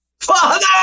father